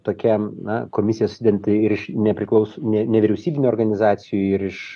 tokia na komisija susidedanti ir iš nepriklaus ne nevyriausybinių organizacijų ir iš